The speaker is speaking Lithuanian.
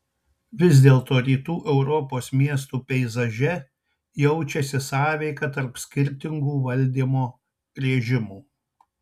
vis dėlto rytų europos miestų peizaže jaučiasi sąveika tarp skirtingų valdymo režimų